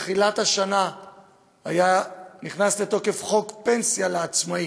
בתחילת השנה נכנס לתוקף חוק פנסיה לעצמאים,